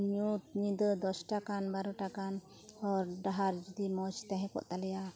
ᱧᱩᱛ ᱧᱤᱫᱟᱹ ᱫᱚᱥᱴᱟ ᱠᱟᱱ ᱵᱟᱨᱚᱴᱟ ᱠᱟᱱ ᱦᱚᱨ ᱰᱟᱦᱟᱨ ᱡᱩᱫᱤ ᱢᱚᱡᱽ ᱛᱟᱦᱮᱠᱚᱜ ᱛᱟᱞᱮᱭᱟ